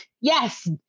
yes